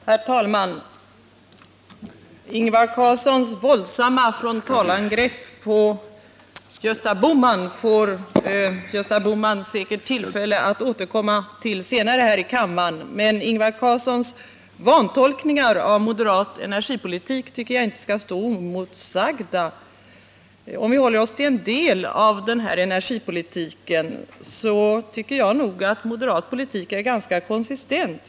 Herr talman! Ingvar Carlssons våldsamma frontalangrepp på Gösta Bohman får Gösta Bohman säkert tillfälle att återkomma till senare här i kammaren, men Ingvar Carlssons vantolkningar av moderat energipolitik tycker jag inte skall stå oemotsagda. Om vi håller oss till en del av energipolitiken tycker jag nog att moderat politik är ganska konsistent.